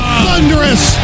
thunderous